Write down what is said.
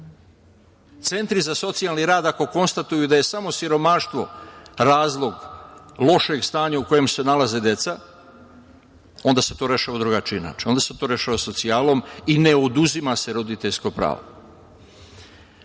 Centri za socijalni rad ako konstatuju da je samo siromaštvo razlog lošeg stanja u kojem se nalaze deca onda se to rešava na drugačiji način, onda se to rešava socijalnom i ne oduzima se roditeljsko